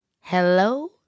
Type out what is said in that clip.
hello